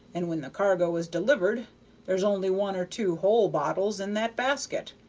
and when the cargo is delivered there's only one or two whole bottles in that basket,